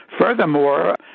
Furthermore